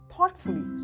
Thoughtfully